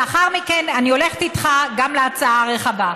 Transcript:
לאחר מכן אני הולכת איתך גם להצעה הרחבה.